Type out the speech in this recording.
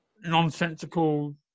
nonsensical